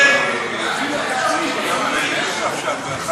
הסתייגות לסעיף